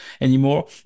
anymore